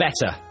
better